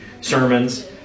sermons